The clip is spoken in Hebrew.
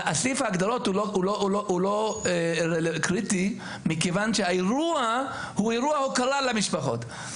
סעיף ההגדרות הוא לא קריטי מכיוון שהאירוע הוא אירוע הוקרה למשפחות,